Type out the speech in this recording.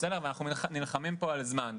ואנחנו נלחמים פה על זמן.